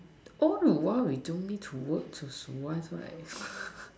all the while we don't need to work to survive right